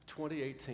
2018